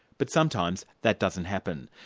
but sometimes that doesn't happen.